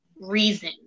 reason